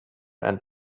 and